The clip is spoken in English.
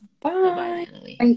bye